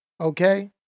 Okay